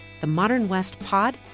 themodernwestpod